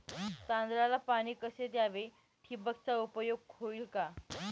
तांदळाला पाणी कसे द्यावे? ठिबकचा उपयोग होईल का?